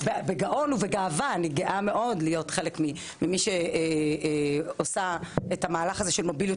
בגאון ובגאווה ואני גאה להיות חלק ממי שעושה את המהלך של מוביליות